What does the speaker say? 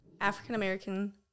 African-American